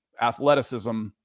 athleticism